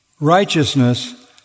righteousness